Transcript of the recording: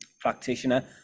practitioner